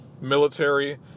military